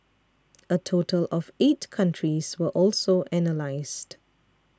a total of eight countries were also analysed